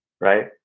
Right